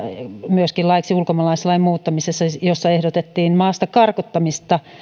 myöskin laiksi ulkomaalaislain muuttamisesta jossa ehdotettiin muutettavaksi maasta karkottamista